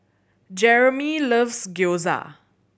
Jeromy loves Gyoza